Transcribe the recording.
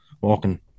walking